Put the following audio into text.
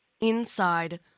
Inside